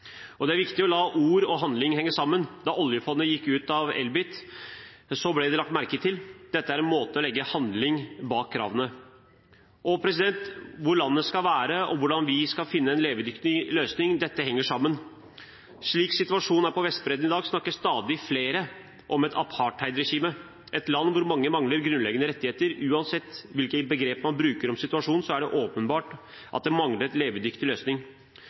Det er viktig å la ord og handling henge sammen. Da oljefondet gikk ut av Elbit, ble det lagt merke til. Dette er en måte å sette handling bak kravene på. Hvor landet skal være, og hvordan vi skal finne en levedyktig løsning, henger sammen. Slik situasjonen er på Vestbredden i dag, snakker stadig flere om et apartheidregime, et land hvor mange mangler grunnleggende rettigheter. Uansett hvilke begrep man bruker om situasjonen, er det åpenbart at det mangler en levedyktig løsning.